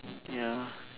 ya